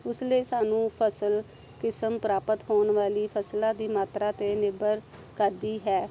ਉਸ ਲਈ ਸਾਨੂੰ ਫ਼ਸਲ ਕਿਸਮ ਪ੍ਰਾਪਤ ਹੋਣ ਵਾਲੀ ਫ਼ਸਲਾਂ ਦੀ ਮਾਤਰਾ 'ਤੇ ਨਿਰਭਰ ਕਰਦੀ ਹੈ